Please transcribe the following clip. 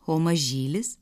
o mažylis